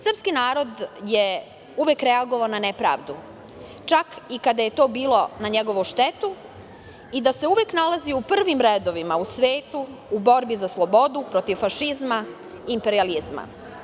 Srpski narod je uvek reagovao na nepravdu, čak i kada je to bilo na njegovu štetu i uvek se nalazio u prvim redovima u svetu u borbi za slobodu, protiv fašizma, imperijalizma.